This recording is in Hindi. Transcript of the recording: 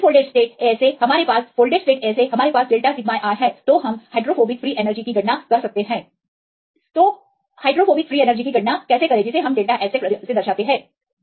इसलिए अनफोल्डेड स्टेट ASA हमारे पास फोल्डेड स्टेट ASA हमारे पास डेल्टा सिगमा i है तो आप हाइड्रोफोबिक फ्री एनर्जी की गणना कर सकते हैं तो hydrophobic free energy delta h की गणना कैसे करें